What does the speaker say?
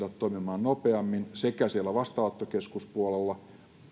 toimimaan nopeammin sekä siellä vastaanottokeskuspuolella